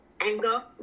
anger